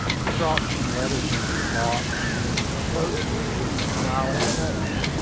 he dropped some letters into the box, and then approached me with a smiling face.